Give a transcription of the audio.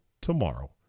tomorrow